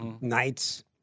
nights